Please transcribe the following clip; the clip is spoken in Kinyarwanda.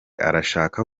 arashaka